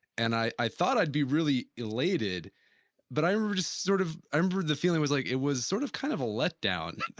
and i i thought i'd be really elated but i remember sort of i remember the feeling was like it was sort of kind of a let down